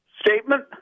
statement